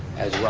as well,